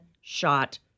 shot